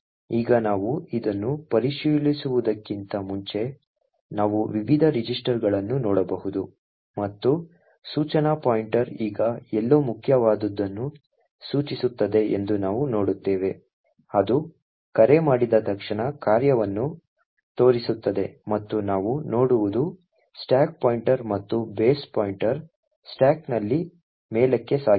ಈಗ ನಾವು ಇದನ್ನು ಪರಿಶೀಲಿಸುವುದಕ್ಕಿಂತ ಮುಂಚೆ ನಾವು ವಿವಿಧ ರಿಜಿಸ್ಟರ್ಗಳನ್ನು ನೋಡಬಹುದು ಮತ್ತು ಸೂಚನಾ ಪಾಯಿಂಟರ್ ಈಗ ಎಲ್ಲೋ ಮುಖ್ಯವಾದುದನ್ನು ಸೂಚಿಸುತ್ತದೆ ಎಂದು ನಾವು ನೋಡುತ್ತೇವೆ ಅದು ಕರೆ ಮಾಡಿದ ತಕ್ಷಣ ಕಾರ್ಯವನ್ನು ತೋರಿಸುತ್ತದೆ ಮತ್ತು ನಾವು ನೋಡುವುದು ಸ್ಟಾಕ್ ಪಾಯಿಂಟರ್ ಮತ್ತು ಬೇಸ್ ಪಾಯಿಂಟರ್ ಸ್ಟಾಕ್ನಲ್ಲಿ ಮೇಲಕ್ಕೆ ಸಾಗಿದೆ